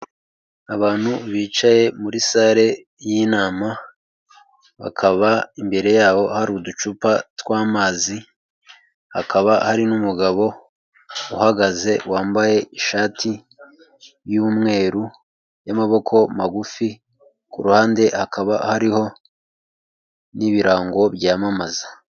Abantu bicaye muri sale y'inama, bakaba imbere yabo hari uducupa tw'amazi, hakaba hari n'umugabo uhagaze wambaye ishati y'umweru y'amaboko magufi, ku ruhande hakaba hariho n'ibirango byamamaza.